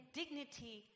dignity